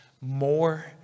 more